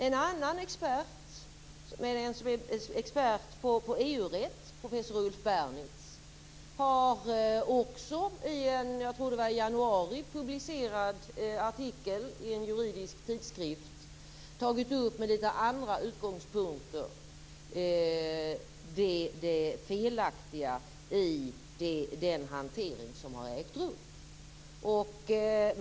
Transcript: En annan expert, en expert på EU-rätt, professor Ulf Bernitz, publicerade i januari en artikel i en juridisk tidskrift där han från litet andra utgångspunkter tog upp det felaktiga i den hantering som ägt rum.